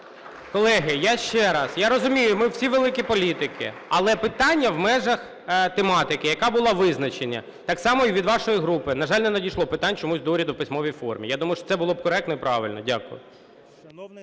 Колеги, я ще раз… Я розумію, ми всі – великі політики, але питання в межах тематики, яка була визначена, так само і від вашої групи, на жаль, не надійшло питань чомусь до уряду в письмовій формі. Я думаю, що це буде коректно і правильно. Дякую.